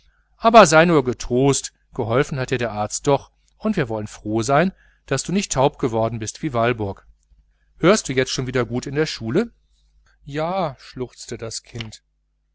aber sei nur getrost geholfen hat dir der arzt doch und wir wollen froh sein daß du nicht so taub geworden bist wie walburg hörst du jetzt wieder ganz gut auch in der schule ja schluchzte das kind